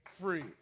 free